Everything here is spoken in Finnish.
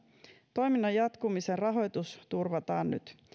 toiminnan jatkumisen rahoitus turvataan nyt